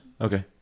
Okay